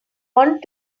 want